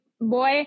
boy